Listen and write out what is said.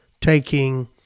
taking